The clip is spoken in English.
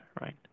right